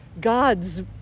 gods